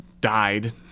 died